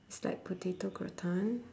it's like potato gratin